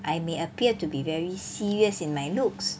I may appear to be very serious in my looks